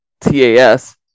TAS